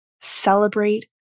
Celebrate